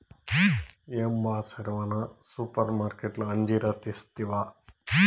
ఏం బా సెరవన సూపర్మార్కట్లో అంజీరా తెస్తివా